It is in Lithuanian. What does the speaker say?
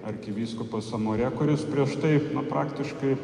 arkivyskupas amorė kuris prieš tai na praktiškai